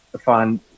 find